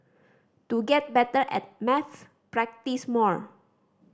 to get better at maths practise more